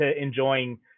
enjoying